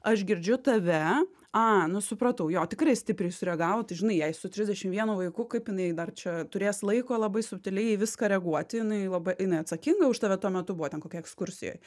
aš girdžiu tave a nu supratau jo tikrai stipriai sureagavo tai žinai jai su trisdešim vienu vaiku kaip jinai dar čia turės laiko labai subtiliai į viską reaguoti jinai labai jinai atsakinga už tave tuo metu buvo ten kokioj ekskursijoj